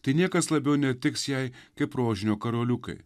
tai niekas labiau netiks jei kaip rožinio karoliukai